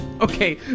okay